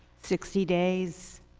sixty days.